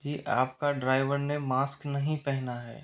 जी आपका ड्राइवर ने मास्क नहीं पहना है